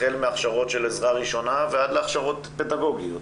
החל מההכשרות של עזרה ראשונה ועד להכשרות פדגוגיות.